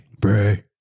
Pray